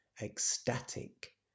ecstatic